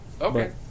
Okay